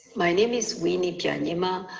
my name is winnie byanyima,